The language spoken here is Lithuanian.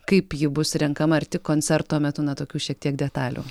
kaip ji bus renkama ar tik koncerto metu na tokių šiek tiek detalių